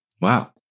Wow